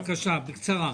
בבקשה, בקצרה.